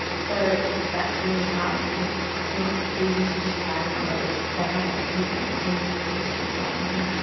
so that's really hard cause it's not easy to just add another list, they have other commitments and we have to literally fly them here. yeah,